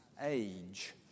age